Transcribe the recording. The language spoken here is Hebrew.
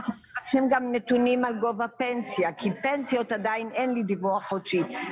יש גם נתונים על גובה פנסיות כי על פנסיות אין לי עדיין דיווח חודשי,